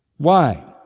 why?